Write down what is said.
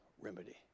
remedy